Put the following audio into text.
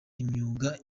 imyuga